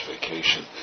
vacation